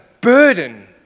burden